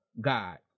God